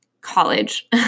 college